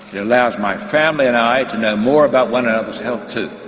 it allows my family and i to know more about one another's health too,